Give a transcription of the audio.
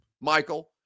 Michael